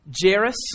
Jairus